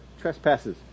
trespasses